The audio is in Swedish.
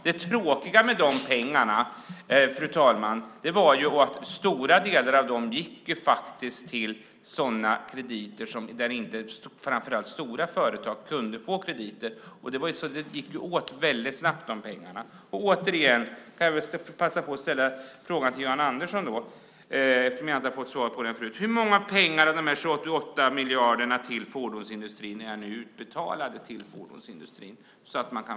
Det tråkiga med de pengarna är att stora delar av dem gick till sådana krediter där framför allt stora företag inte kunde få krediter, så de pengarna gick åt snabbt. Jag passar på att ställa min fråga till Jan Andersson, eftersom jag inte har fått svar på den förut: Hur mycket av de 28 miljarderna till fordonsindustrin är nu utbetalade till fordonsindustrin?